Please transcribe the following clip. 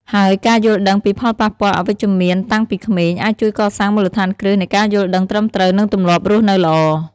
ហើយការយល់ដឹងពីផលប៉ះពាល់អវិជ្ជមានតាំងពីក្មេង អាចជួយកសាងមូលដ្ឋានគ្រឹះនៃការយល់ដឹងត្រឹមត្រូវ និងទម្លាប់រស់នៅល្អ។